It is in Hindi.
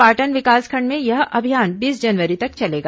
पाटन विकासखंड में यह अभियान बीस जनवरी तक चलेगा